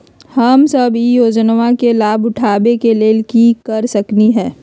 हम सब ई योजना के लाभ उठावे के लेल की कर सकलि ह?